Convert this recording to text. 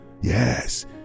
Yes